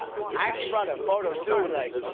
i actually brought a photo too. like